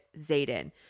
Zayden